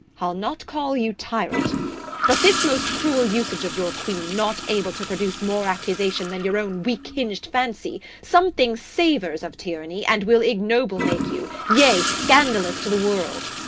i'll not call you tyrant but this most cruel usage of your queen not able to produce more accusation than your own weak-hing'd fancy something savours of tyranny, and will ignoble make you, yea, scandalous to the world.